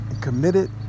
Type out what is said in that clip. Committed